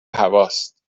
هواست